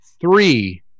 three